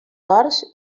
dors